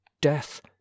death